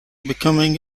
becoming